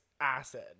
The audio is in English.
acid